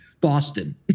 Boston